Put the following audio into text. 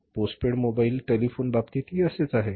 post paid mobile telephone बाबतीतही असेच आहे